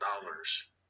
dollars